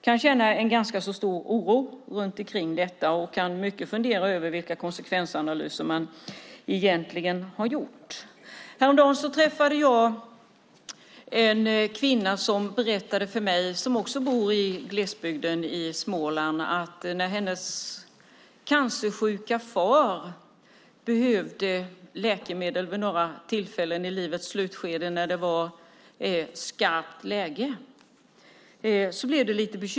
Jag kan känna ganska stor oro när det gäller detta och funderar över vilka konsekvensanalyser man egentligen har gjort. Häromdagen träffade jag en kvinna som också bor i glesbygd i Småland. Hon berättade att det blev lite bekymmersamt när hennes cancersjuke far behövde läkemedel vid några tillfällen i livets slutskede när det var skarpt läge.